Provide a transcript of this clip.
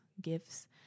gifts